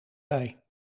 bij